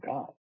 God